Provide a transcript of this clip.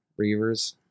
Reavers